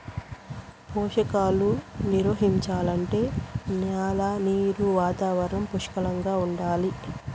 పోషకాలు నిర్వహించాలంటే న్యాల నీరు వాతావరణం పుష్కలంగా ఉండాలి